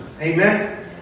Amen